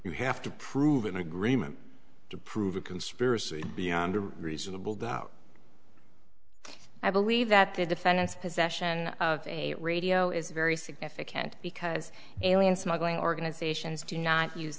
you have to prove an agreement to prove a conspiracy beyond a reasonable doubt i believe that the defendant's possession of a radio is very significant because alien smuggling organizations do not use